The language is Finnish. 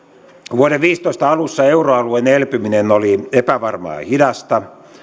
vuoden viisitoista alussa euroalueen elpyminen oli epävarmaa ja hidasta